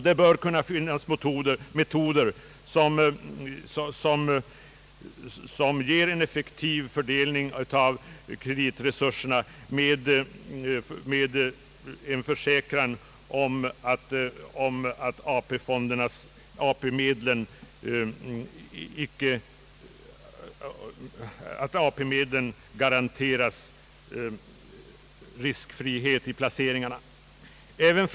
Det bör finnas metoder som ger en effektiv fördelning av kreditresurserna med en garanti för att AP-medlen garanteras riskfrihet i placeringarna.